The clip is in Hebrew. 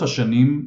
לאורך השנים,